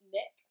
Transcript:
Nick